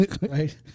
right